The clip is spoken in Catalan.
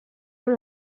amb